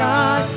God